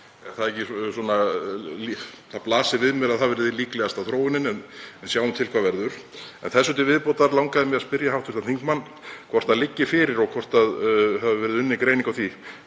Það blasir við mér að það verði líklegasta þróunin, en við sjáum til hvað verður. Þessu til viðbótar langaði mig að spyrja hv. þingmann hvort það liggi fyrir og hvort unnin hafi verið greining á því